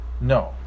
No